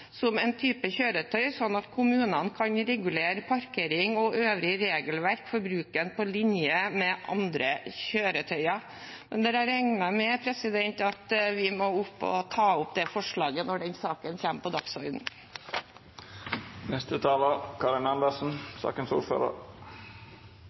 som en type kjøretøy, sånn at kommunene kan regulere parkering og øvrig regelverk for bruken på linje med andre kjøretøyer. Jeg regner med at vi må ta opp det forslaget når den saken kommer på